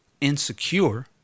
insecure